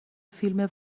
فیلم